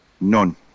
None